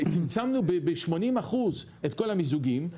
צמצמנו ב-80% את כל המיזוגים,